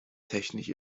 technisch